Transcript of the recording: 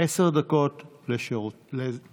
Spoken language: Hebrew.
עשר דקות בעבורך.